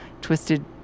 twisted